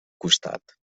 costat